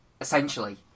Essentially